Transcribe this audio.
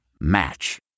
Match